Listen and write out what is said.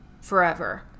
forever